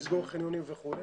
לסגור חניונים וכולי